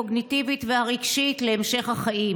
הקוגניטיבית והרגשית להמשך החיים.